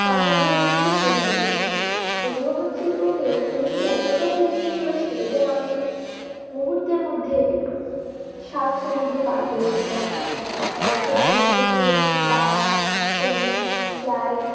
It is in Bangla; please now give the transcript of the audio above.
তার মধ্যে রয়েছে পরিবহন পরিবহন শিল্পকে প্রযুক্তি এতটাই এগিয়ে নিয়ে চলেছে যে মানুষ মুহূর্তের মধ্যে সাত সমুদ্র পার করে দিতে পারে বর্তমানে রয়েছে বাস ট্রেন ফ্লাইট